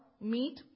meat